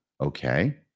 Okay